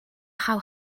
how